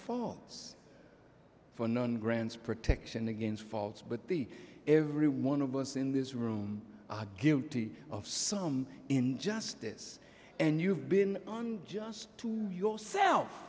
father's for none grants protection against faults but the every one of us in this room are guilty of some injustice and you have been on just to yourself